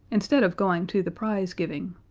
instead of going to the prize-giving,